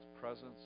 presence